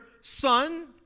son